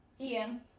Ian